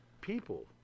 people